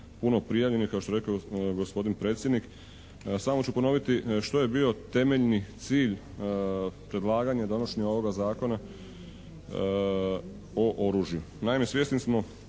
puno prijavljenih kao što je rekao gospodin predsjednik. Samo ću ponoviti što je bio temeljni cilj predlaganja i donošenja ovoga Zakona o oružju.